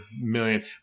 million